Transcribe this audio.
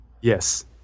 Yes